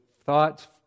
thoughts